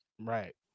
Right